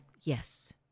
Yes